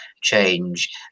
change